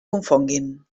confonguin